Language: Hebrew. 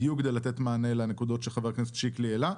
בדיוק כדי לתת מענה לנקודות שחה"כ שיקלי העלה.